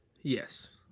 Yes